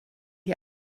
die